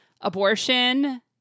abortion